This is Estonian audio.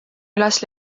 üles